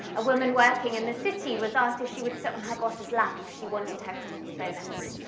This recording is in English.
a woman working in the city was asked if she would sit on her bosses lap if she wanted her christmas bonus.